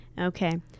Okay